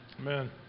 Amen